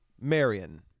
Marion